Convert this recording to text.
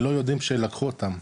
הם לא יודעים שלקחו אותם,